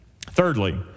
Thirdly